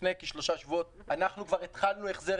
לפני כשלושה שבועות אנחנו התחלנו החזר.